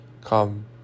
Come